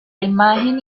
imagen